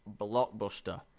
blockbuster